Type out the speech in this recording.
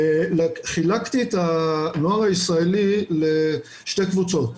חילקתי את הנוער הישראלי לשתי קבוצות,